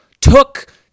took